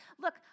look